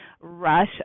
rush